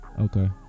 Okay